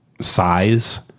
size